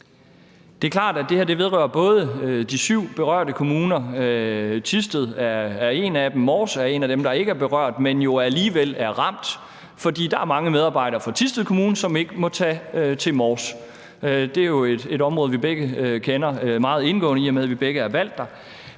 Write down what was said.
her vedrører de syv berørte kommuner – Thisted er en af dem. Mors er en af dem, der ikke er berørt, men som alligevel er ramt, fordi der er mange medarbejdere fra Thisted Kommune, som ikke må tage til Mors. Det er jo et område, vi begge kender meget indgående, i og med at vi begge er valgt der.